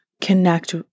connect